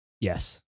Yes